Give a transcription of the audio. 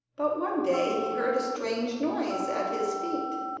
but one day he heard a strange noise at his feet,